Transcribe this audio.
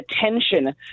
attention